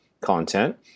content